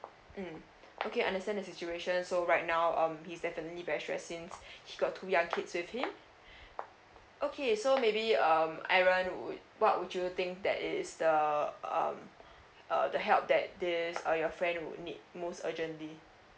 mm okay understand the situation so right now um he's definitely very stress since he got two young kids with him okay so maybe um aaron would what would you think that is the um uh the help that this uh your friend would need most urgently